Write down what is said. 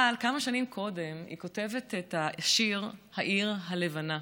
אבל כמה שנים קודם היא כותבת את השיר "העיר הלבנה"